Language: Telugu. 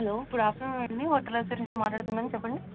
హలో గుడ్ ఆఫ్టర్నూన్ అండి హోటల్ సర్వీసెస్ నుంచి మాట్లాడుతున్నాను చెప్పండి